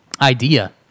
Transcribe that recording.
idea